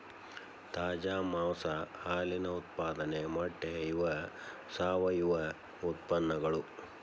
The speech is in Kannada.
ತಾಜಾ ಮಾಂಸಾ ಹಾಲಿನ ಉತ್ಪಾದನೆ ಮೊಟ್ಟೆ ಇವ ಸಾವಯುವ ಉತ್ಪನ್ನಗಳು